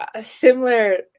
similar